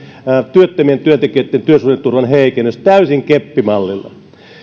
työttömien työntekijöitten työsuhdeturvan heikennys täysin keppimallilla